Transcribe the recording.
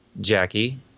Jackie